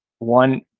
One